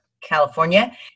California